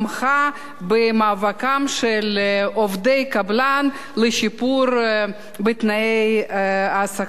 במאבקם של עובדי הקבלן לשיפור בתנאי העסקתם,